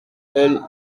est